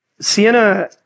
Sienna